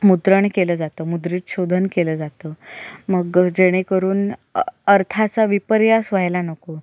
मुद्रण केलं जातं मुद्रितशोधन केलं जातं मग जेणेकरून अर्थाचा विपर्यास व्हायला नको